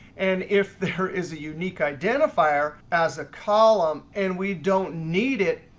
and if there is a unique identifier as a column and we don't need it,